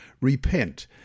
repent